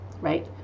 right